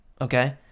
okay